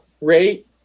rate